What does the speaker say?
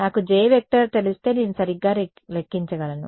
నాకు J తెలిస్తే నేను సరిగ్గా లెక్కించగలను